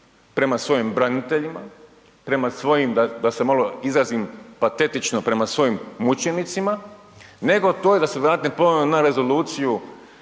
prema svojim braniteljima, prema svojim, da se malo izrazim patetično, prema svojim mučenicima, nego to je da su…/Govornik se ne razumije/…na rezoluciju